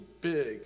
big